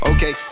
Okay